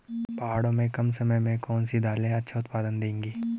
पहाड़ों में कम समय में कौन सी दालें अच्छा उत्पादन देंगी?